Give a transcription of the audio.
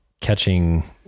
catching